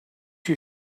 you